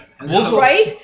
Right